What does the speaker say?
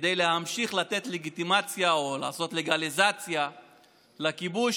כדי להמשיך לתת לגיטימציה או לעשות לגליזציה לכיבוש,